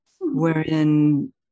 wherein